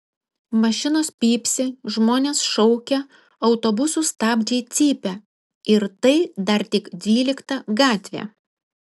mašinos pypsi žmonės šaukia autobusų stabdžiai cypia ir tai dar tik dvylikta gatvė